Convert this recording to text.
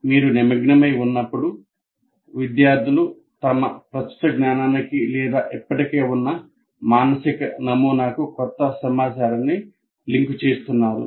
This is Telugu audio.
మీరు నిమగ్నమై ఉన్నప్పుడు విద్యార్థులు తమ ప్రస్తుత జ్ఞానానికి లేదా ఇప్పటికే ఉన్న మానసిక నమూనాకు కొత్త సమాచారాన్ని లింక్ చేస్తున్నారు